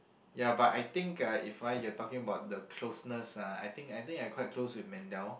ya but I think ah if ah you are talking about the closeness ah I think I think I quite close with Mendel